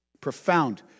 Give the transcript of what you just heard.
Profound